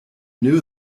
knew